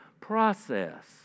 process